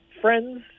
friends